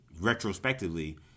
retrospectively